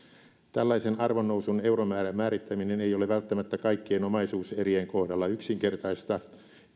tällaisen arvonnousun euromäärän määrittäminen ei ole välttämättä kaikkien omaisuuserien kohdalla yksinkertaista